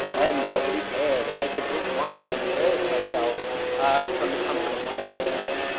and nobody cared. and i could drink wine and embarrass myself from the comfort of my own bed,